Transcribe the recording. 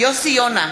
יוסי יונה,